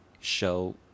Show